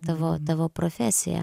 tavo tavo profesija